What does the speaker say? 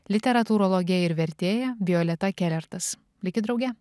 literatūrologe ir vertėja violeta kelertas likit drauge